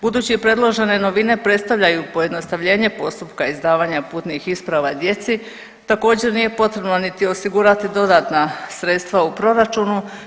Budući predložene novine predstavljaju pojednostavljenje postupka izdavanja putnih isprava djeci, također nije potrebno niti osigurati dodatna sredstva u proračunu.